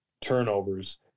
turnovers